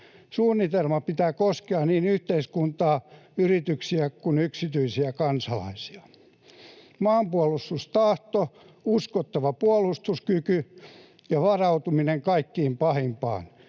Suunnitelman pitää koskea niin yhteiskuntaa, yrityksiä kuin yksityisiä kansalaisia. Maanpuolustustahto, uskottava puolustuskyky ja varautuminen kaikkein pahimpaan